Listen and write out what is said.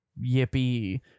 yippee